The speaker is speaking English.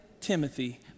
Timothy